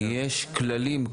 יש כללים.